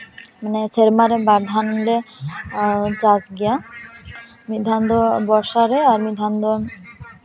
ᱢᱟᱱᱮ ᱥᱮᱨᱢᱟ ᱨᱮ ᱵᱟᱨ ᱫᱷᱟᱣ ᱞᱮ ᱪᱟᱥ ᱜᱮᱭᱟ ᱢᱤᱫ ᱫᱷᱟᱣ ᱫᱚ ᱵᱚᱨᱥᱟ ᱨᱮ ᱟᱨ ᱢᱤᱫ ᱫᱷᱟᱣ ᱫᱚ